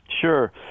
Sure